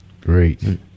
Great